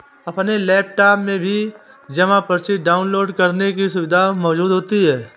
अपने लैपटाप में भी जमा पर्ची डाउनलोड करने की सुविधा मौजूद होती है